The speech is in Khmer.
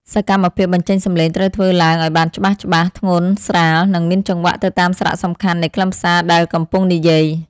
សកម្មភាពបញ្ចេញសំឡេងត្រូវធ្វើឡើងឱ្យបានច្បាស់ៗ ធ្ងន់ស្រាល និងមានចង្វាក់ទៅតាមសារៈសំខាន់នៃខ្លឹមសារដែលកំពុងនិយាយ។